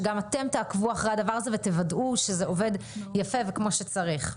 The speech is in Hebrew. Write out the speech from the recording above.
שגם אתם תעקבו אחרי הדבר הזה ותוודאו שזה עובד יפה וכמו שצריך.